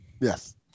Yes